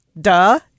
Duh